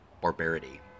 barbarity